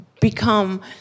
become